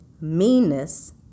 meanness